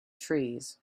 trees